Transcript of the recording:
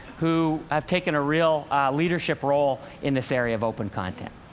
who have taken a real leadership role in this area of open content.